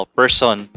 person